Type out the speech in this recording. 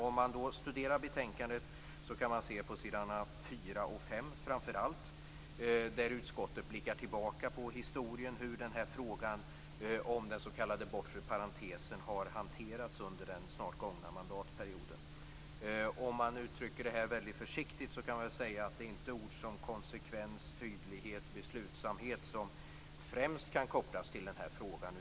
Om man studerar betänkandet kan man se, framför allt på s. 4 och 5, hur utskottet blickar tillbaka på historien när det gäller hur frågan om den s.k. bortre parentesen har hanterats under den snart gångna mandatperioden. Om man uttrycker det väldigt försiktigt kan man säga att det inte är ord som konsekvens, tydlighet och beslutsamhet som främst kan kopplas till den här frågan.